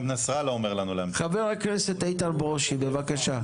חבר הכנסת לשעבר איתן ברושי, בבקשה.